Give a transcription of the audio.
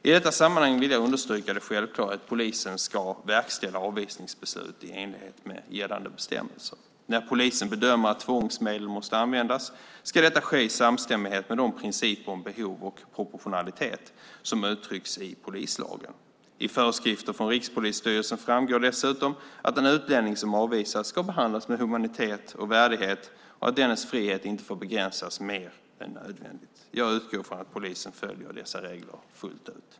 I detta sammanhang vill jag understryka det självklara i att polisen ska verkställa avvisningsbeslut i enlighet med gällande bestämmelser. När polisen bedömer att tvångsmedel måste användas ska detta ske i samstämmighet med de principer om behov och proportionalitet som uttrycks i polislagen. I föreskrifter från Rikspolisstyrelsen framgår dessutom att en utlänning som avvisas ska behandlas med humanitet och värdighet och att dennes frihet inte får begränsas mer än nödvändigt. Jag utgår från att polisen följer dessa regler fullt ut.